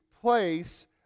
place